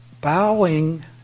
bowing